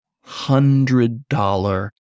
hundred-dollar